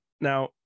Now